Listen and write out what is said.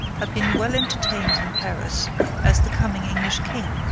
had been well entertained in paris as the coming english king,